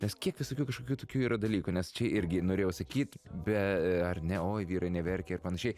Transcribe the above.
nes kiek visokių kažkokių tokių yra dalykų nes čia irgi norėjau sakyt be ar ne oi vyrai neverkia ir panašiai